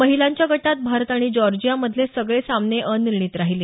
महिलांच्या गटात भारत आणि जॉर्जियामधले सगळे सामने अनिर्णित राहीले